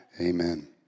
amen